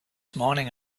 morning